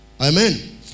Amen